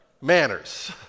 Manners